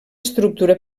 estructura